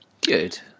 Good